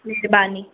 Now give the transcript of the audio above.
महिरबानी